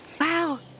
Wow